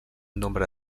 nombre